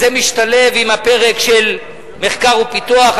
משתלב עם הפרק של מחקר ופיתוח,